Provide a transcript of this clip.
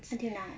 until now